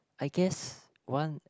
I guess one